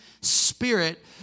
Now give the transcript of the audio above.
Spirit